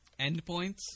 endpoints